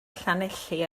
llanelli